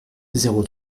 zéro